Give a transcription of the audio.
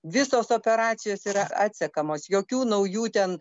visos operacijos yra atsekamos jokių naujų ten